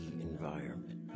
environment